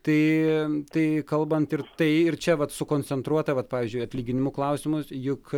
tai tai kalbant ir tai ir čia vat sukoncentruota vat pavyzdžiui atlyginimų klausimus juk